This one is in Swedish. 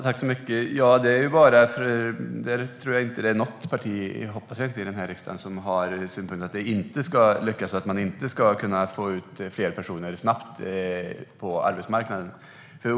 Herr talman! Jag tror inte, hoppas jag, att det är något parti här i riksdagen som har synpunkten att det inte ska lyckas och att man inte ska kunna få ut fler personer snabbt på arbetsmarknaden.